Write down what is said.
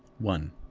one.